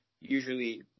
usually